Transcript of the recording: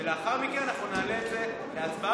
ולאחר מכן אנחנו נעלה את זה להצבעה,